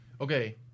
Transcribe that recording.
Okay